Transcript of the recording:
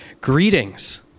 Greetings